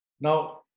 Now